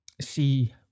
see